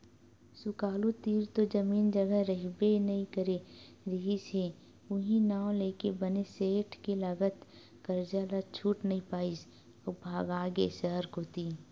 सुकालू तीर तो जमीन जघा रहिबे नइ करे रिहिस हे उहीं नांव लेके बने सेठ के लगत करजा ल छूट नइ पाइस अउ भगागे सहर कोती